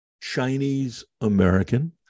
Chinese-American